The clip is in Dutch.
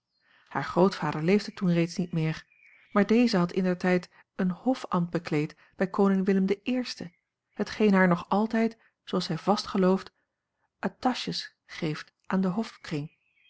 haar grootvader leefde toen reeds niet meer maar deze had indertijd een hofambt bekleed bij koning willem i hetgeen haar nog altijd zooals zij vast gelooft attaches geeft aan den hofkring